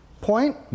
point